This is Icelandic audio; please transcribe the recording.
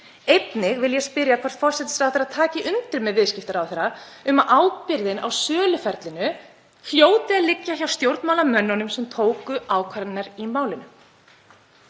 Einnig vil ég spyrja hvort forsætisráðherra taki undir með viðskiptaráðherra um að ábyrgðin á söluferlinu hljóti að liggja hjá stjórnmálamönnunum sem tóku ákvarðanirnar í málinu.